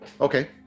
Okay